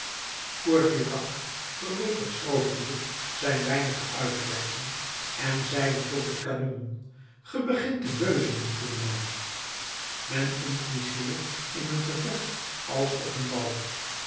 courfeyrac verweet het schrootvuur zijn weinige uitwerking en zeide tot het kanon ge begint te beuzelen goede man men intrigueert in een gevecht als op een bal